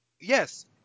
Yes